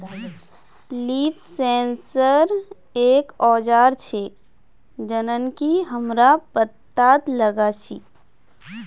leaf sensor एक औजार छेक जननकी हमरा पत्ततात लगा छी